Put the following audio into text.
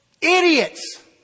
idiots